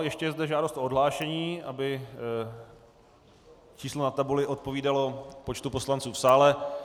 Ještě je zde žádost o odhlášení, aby číslo na tabuli odpovídalo počtu poslanců v sále.